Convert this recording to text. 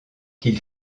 qu’il